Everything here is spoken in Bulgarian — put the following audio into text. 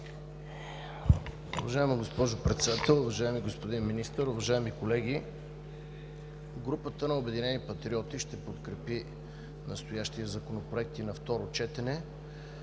Уважаема госпожо Председател, уважаеми господин Министър, уважаеми колеги! Групата на „Обединени патриоти“ ще подкрепи настоящия законопроект и на второ четене,